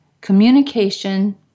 communication